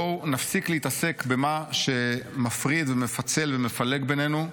בואו נפסיק להתעסק במה שמפריד ומפצל ומפלג בינינו,